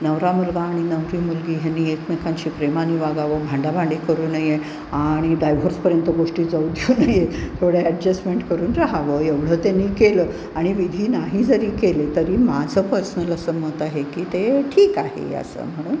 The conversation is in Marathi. नवरा मुलगा आणि नवरी मुलगी ह्यानी एकमेकांशी प्रेमाने वागावं भांडाभांडी करू नये आणि डायव्होर्सपर्यंत गोष्टी जाऊ देऊ नये थोड्या ॲडजस्टमेंट करून राहावं एवढं त्यांनी केलं आणि विधी नाही जरी केले तरी माझं पर्सनल असं मत आहे की ते ठीक आहे असं म्हणून